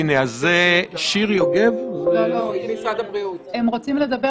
עוד לא ניסו לעשות